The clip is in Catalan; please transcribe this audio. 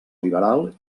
liberal